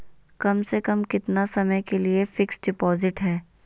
कम से कम कितना समय के लिए फिक्स डिपोजिट है?